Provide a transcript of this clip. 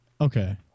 Okay